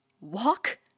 Walk